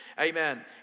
Amen